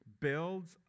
builds